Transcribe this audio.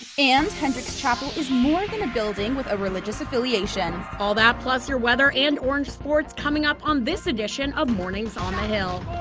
and heandricks chaple is more then a building with religious affiliation. all that plus your weather and orange sports coming up on this edition of mornings on the hill.